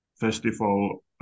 festival